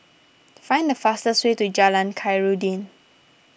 find the fastest way to Jalan Khairuddin